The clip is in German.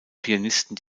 pianisten